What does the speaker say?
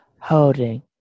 Holding